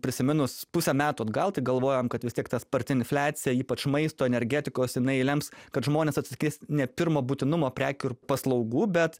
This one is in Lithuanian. prisiminus pusę metų atgal tai galvojam kad vis tiek ta sparti infliacija ypač maisto energetikos jinai lems kad žmonės atsisakys ne pirmo būtinumo prekių ir paslaugų bet